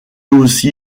aussi